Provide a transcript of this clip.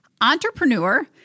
entrepreneur